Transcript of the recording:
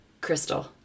Crystal